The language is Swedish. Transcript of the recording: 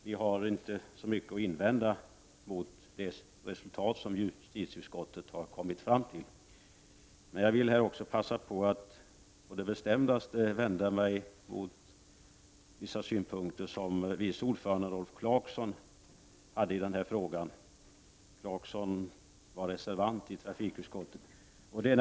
Vi har inte så mycket att invända mot det resultat som justitieutskottet har kommit fram till. Men jag vill passa på att på det bestämdaste vända mig mot vissa av de synpunkter som trafikutskottets vice ordförande Rolf Clarkson framförde — Clarkson var reservant i trafikutskottet.